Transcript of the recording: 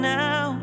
now